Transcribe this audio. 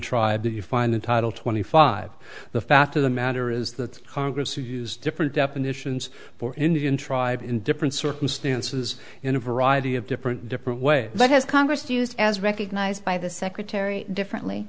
tribe did you find the title twenty five the fact of the matter is that congress use different definitions for indian tribe in different circumstances in a variety of different different ways that has congress used as recognized by the secretary differently